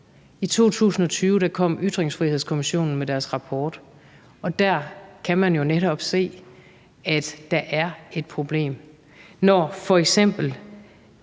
I 2020 kom Ytringsfrihedskommissionen med deres rapport, og der kan man jo netop se, at der er et problem, når man f.eks.